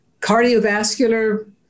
cardiovascular